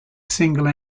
single